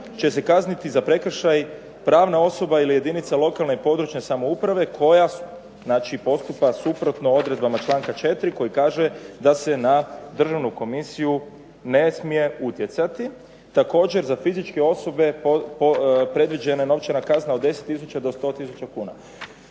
će se kazniti za prekršaj pravna osoba ili jedinica lokalne i područne samouprave koja, znači postupa suprotno odredbama članka 4. koji kaže da se na državnu komisiju ne smije utjecati. Također za fizičke osobe predviđena je novčana kazna od 10 tisuća do 100 tisuća kuna.